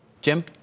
Jim